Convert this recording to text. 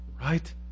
Right